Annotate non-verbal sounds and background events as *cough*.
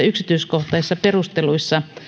*unintelligible* yksityiskohtaisissa perusteluissa